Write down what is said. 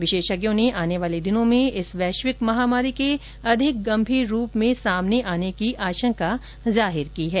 विशेषज्ञों ने आने वाले दिनों में इस वैश्विक महामारी के अधिक गंभीर रूप में सामने आने की आंशका जाहिर की है